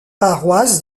paroisse